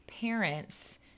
parents